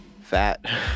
fat